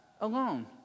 alone